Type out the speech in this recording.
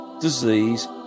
disease